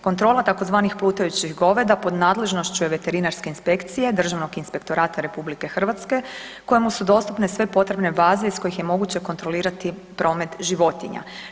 Kontrola tzv. plutajućih goveda pod nadležnošću je veterinarske inspekcije, Državnog inspektorata RH kojemu su dostupne sve potrebne baze iz kojih je moguće kontrolirati promet životinja.